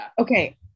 Okay